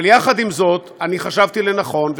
אבל יחד עם זאת אני חשבתי לנכון,